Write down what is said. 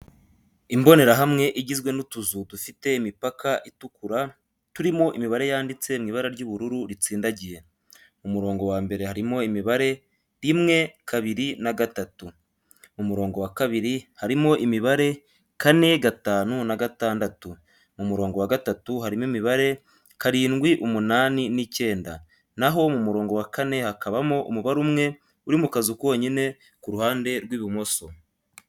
Imbonerahamwe igizwe n’utuzu dufite imipaka itukura, turimo imibare yanditse mu ibara ry’ubururu ritsindagiye. Mu murongo wa mbere harimo imibare: rimwe, kabiri na gatatu; mu murongo wa kabiri harimo imibare: kane, gatanu na gatandatu; mu murongo wa gatatu harimo imibare: karindwi, umunani n'icyenda; naho mu murongo wa kane hakabamo umubare umwe uri mu kazu konyine ku ruhande rw’ibumoso.